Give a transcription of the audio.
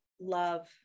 love